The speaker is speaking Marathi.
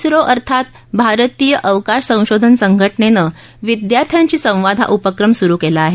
स्रो अर्थात भारतीय अवकाश संशोधन संघटनेनं विद्यार्थ्यांशी संवाद हा उपक्रम सुरु केला अहे